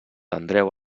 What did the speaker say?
andreu